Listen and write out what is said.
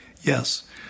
Yes